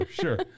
sure